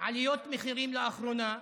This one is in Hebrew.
ועליות מחירים לאחרונה,